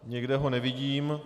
Nikde ho nevidím.